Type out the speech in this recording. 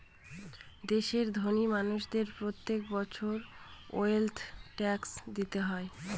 দেশের ধোনি মানুষদের প্রত্যেক বছর ওয়েলথ ট্যাক্স দিতে হয়